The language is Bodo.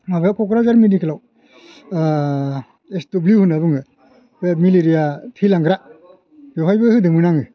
माबायाव कक्राझार मिडिकेलाव एस दब्लिउ होन्ना बुङो बे मिलिरिया थै लांग्रा बेवहायबो होदोंमोन आङो